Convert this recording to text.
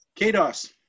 Kados